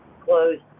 closed